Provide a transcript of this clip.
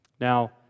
Now